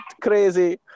Crazy